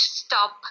stop